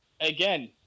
again